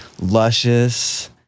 luscious